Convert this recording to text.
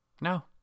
No